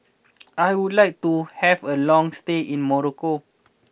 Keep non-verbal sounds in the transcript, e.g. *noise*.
*noise* I would like to have a long stay in Morocco